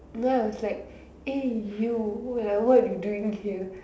ya it's like eh you like what you doing here